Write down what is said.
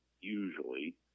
usually